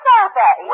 Survey